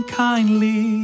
kindly